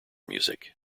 music